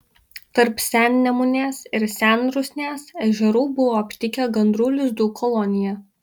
tarp sennemunės ir senrusnės ežerų buvo aptikę gandrų lizdų koloniją